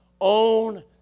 own